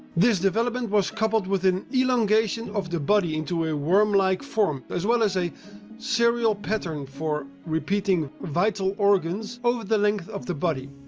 this development was coupled with an elongation of the body into a wormlike form, as well as a serial pattern for repeating vital organs over the length of the body.